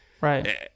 Right